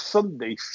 Sunday